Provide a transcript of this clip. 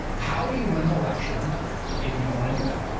how do you win an election if you don't want to do that?